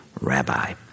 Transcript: rabbi